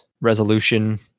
resolution